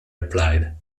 replied